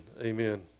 Amen